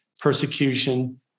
persecution